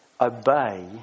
obey